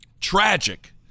tragic